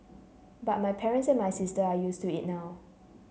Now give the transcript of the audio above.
but my parents and my sisters are used to it now